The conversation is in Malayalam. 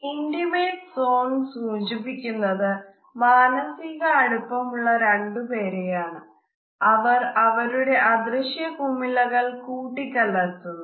ഇന്റിമേറ്റ് സോൺ സൂചിപ്പിക്കുന്നത് മാനസിക അടുപ്പമുള്ള രണ്ടു പേരെയാണ് അവർ അവരുടെ അദൃശ്യ കുമിളകൾ കൂട്ടികലർത്തുന്നു